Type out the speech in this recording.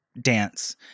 dance